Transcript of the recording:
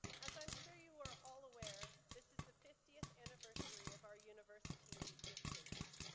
as i'm sure you were all aware, this is the fiftieth anniversary of our university's existence.